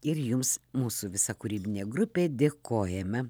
ir jums mūsų visa kūrybinė grupė dėkojame